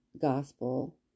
gospel